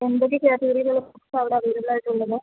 എന്തൊക്കെ ക്യാറ്റഗറീലുള്ള ബുക്ക്സാ അവിടെ അവൈലബിളായിട്ടുള്ളത്